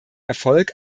erfolg